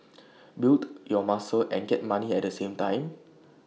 build your muscles and get money at the same time